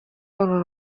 uru